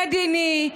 מדיני,